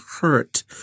hurt